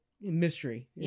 mystery